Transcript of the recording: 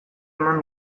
eman